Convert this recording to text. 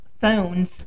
phones